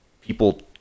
people